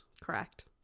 Correct